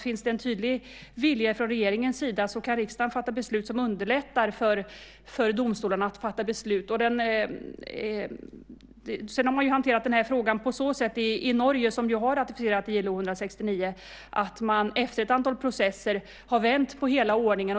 Finns det en tydlig vilja från regeringens sida kan riksdagen fatta beslut som underlättar för domstolarna att fatta beslut. I Norge, som har ratificerat ILO-konventionen 169, har man hanterat den här frågan så att man efter ett antal processer har vänt på hela ordningen.